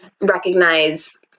recognize